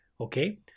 okay